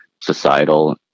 societal